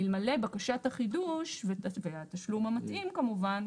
אלמלא בקשת החידוש והתשלום המתאים כמובן,